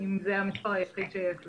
אם זה המספר היחיד שיש לנו.